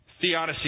theodicy